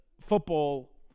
football